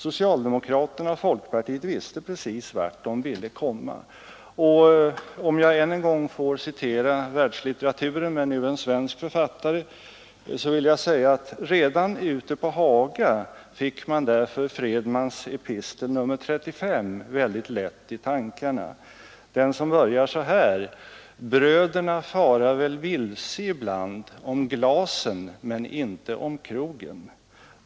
Socialdemokraterna och folkpartiet visste precis vart de ville komma. Om jag än en gång får citera världslitteraturen, men nu en svensk författare, vill jag säga att redan ute på Haga fick man lätt i tankarna Fredmans epistel nr 35, som börjar så här: ”Bröderna fara väl vilse ibland om glasen, men inte om krogen”.